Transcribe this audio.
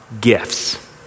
gifts